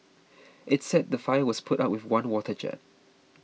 it's said the fire was put out with one water jet